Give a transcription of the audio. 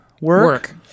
Work